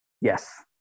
Yes